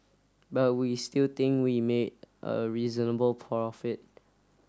but we still think we made a reasonable profit